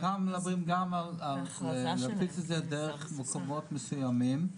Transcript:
כאן מדברים גם על להפיץ את זה דרך מקומות מסוימים,